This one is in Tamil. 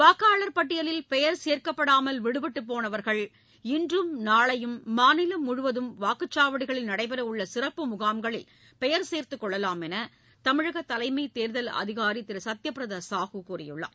வாக்காளர் பட்டியலில் பெயர் சேர்க்கப்படாமல் விடுபட்டு போனவர்கள் இன்றும் நாளையும் மாநிலம் முழுவதும் வாக்குச்சாவடிகளில் உள்ள சிறப்பு முகாம்களில் பெயர் சேர்த்துக்கொள்ளவாம் என்று தமிழக தலைமைத் தேர்தல் அதிகாரி திரு சத்திய பிரத சாஹூ கூறியுள்ளார்